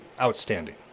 outstanding